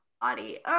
body